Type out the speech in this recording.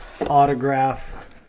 Autograph